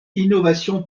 innovation